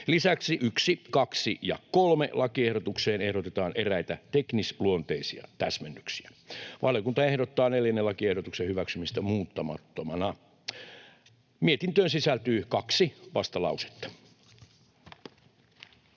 Lisäksi 1., 2. ja 3. lakiehdotukseen ehdotetaan eräitä teknisluonteisia täsmennyksiä. Valiokunta ehdottaa 4. lakiehdotuksen hyväksymistä muuttamattomana. Mietintöön sisältyy kaksi vastalausetta.